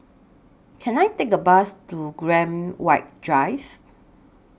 Can I Take A Bus to Graham White Drive